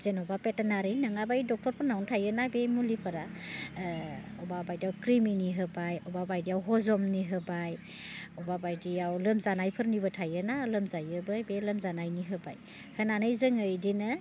जेनेबा भेटेनारि नङाबा ए डक्टरफोरनावनो थायो ना बे मुलिफोरा बबेबा बायदियाव खृमिनि होबाय बबेबा बायदियाव हजमनि होबाय बबेबा बायदियाव लोमजानायफोरनिबो थायो ना लोमजायोबो बे लोमजानायनि होबाय होनानै जोङो बिदिनो